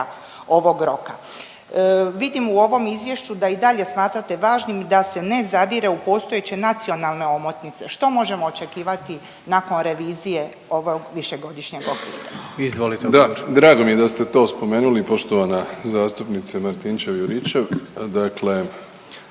ovog roka. Vidim u ovom izvješću da i dalje smatrate važnim da se ne zadire u postojeće nacionalne omotnice. Što možemo očekivati nakon revizije ovog višegodišnjeg okvira? **Jandroković, Gordan (HDZ)** Izvolite odgovor. **Plenković, Andrej